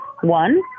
One